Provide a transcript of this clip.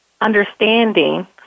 Understanding